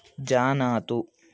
जानातु